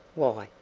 why,